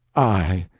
i!